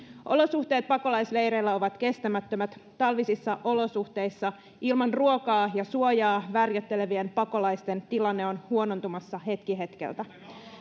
olosuhteet pakolaisleireillä ovat kestämättömät talvisissa olosuhteissa ilman ruokaa ja suojaa värjöttelevien pakolaisten tilanne on huonontumassa hetki hetkeltä